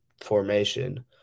formation